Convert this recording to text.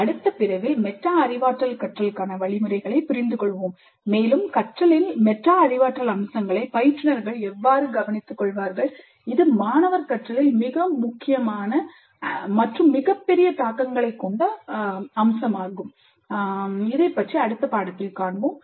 அடுத்த பிரிவில் மெட்டா அறிவாற்றல் கற்றலுக்கான வழிமுறைகளைப் புரிந்துகொள்வோம் மேலும் கற்றலின் மெட்டா அறிவாற்றல் அம்சங்களை பயிற்றுனர்கள் எவ்வாறு கவனித்துக்கொள்வார்கள் இது மாணவர் கற்றலில் மிக முக்கியமான மிகப்பெரிய தாக்கங்களை கொண்ட மிக முக்கியமான அம்சம்